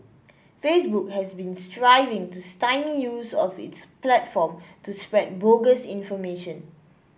Facebook has been striving to stymie use of its platform to spread bogus information